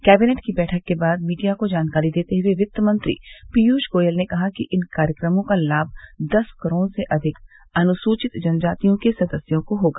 cabinet की बैठक के बाद मीडिया को जानकारी देते हुए वित्तमंत्री पीयूष गोयल ने कहा कि इन कार्यक्रमों का लाभ दस करोड़ से अधिक अनुसूचित जनजातियों के सदस्यों को होगा